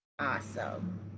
Awesome